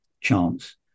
chance